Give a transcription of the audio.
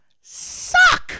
suck